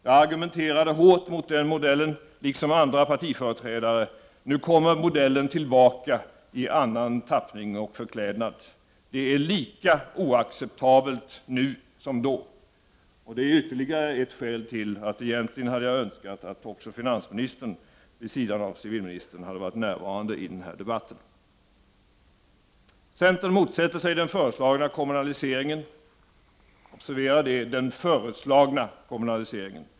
Jag, liksom andra partiföreträdare, argumenterade hårt mot den modellen. Nu kommer modellen tillbaka i annan tappning och förklädnad. Den är lika oacceptabel nu som då. Det är ytterligare ett skäl till att jag egentligen önskade att även finansministern, vid sidan av civilministern, skulle vara närvarande i denna debatt. Centern motsätter sig den föreslagna kommunaliseringen — observera att jag säger den föreslagna kommunaliseringen.